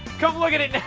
come look at it